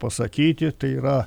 pasakyti tai yra